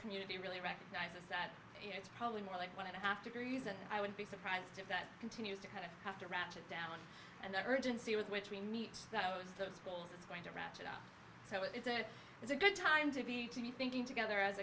community really recognizes that it's probably more like one and a half degrees and i would be surprised if that continues to kind of have to ratchet down and the urgency with which we meet that was the schools it's going to ratchet up so it's a it's a good time to be thinking together as